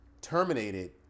terminated